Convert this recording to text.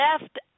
left